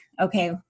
Okay